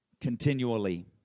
continually